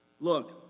Look